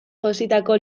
jositako